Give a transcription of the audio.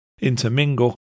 intermingle